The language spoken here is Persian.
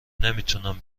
نمیتونم